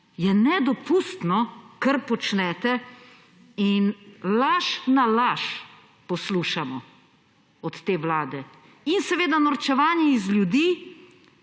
je nedopustno, kar počnete, in laž na laž poslušamo od te vlade. In seveda norčevanje iz ljudi,